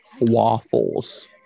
waffles